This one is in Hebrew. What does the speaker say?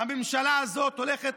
הממשלה הזאת הולכת,